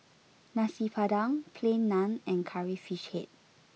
Nasi Padang Plain Naan and Curry Fish Head